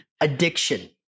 addiction